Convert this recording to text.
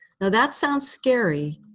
now, that sounds scary.